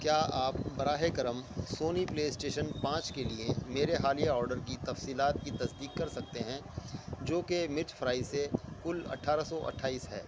کیا آپ براہِ کرم سونی پلے اسٹیشن پانچ کے لیے میرے حالیہ آرڈر کی تفصیلات کی تصدیق کر سکتے ہیں جو کہ مرچ فرائی سے کل اٹھارہ سو اٹھائیس ہے